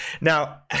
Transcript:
Now